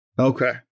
Okay